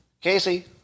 Casey